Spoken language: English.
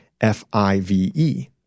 F-I-V-E